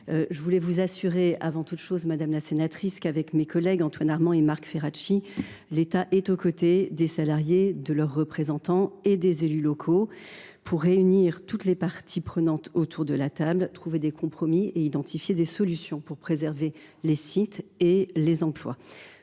que vous avez évoquées. Avant toute chose, je veux vous assurer qu’avec mes collègues du Gouvernement, Antoine Armand et Marc Ferracci, nous sommes aux côtés des salariés, de leurs représentants et des élus locaux pour réunir toutes les parties prenantes autour de la table, trouver des compromis et identifier des solutions pour préserver les sites et les emplois.